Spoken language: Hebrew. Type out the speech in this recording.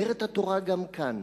אומרת התורה גם כאן: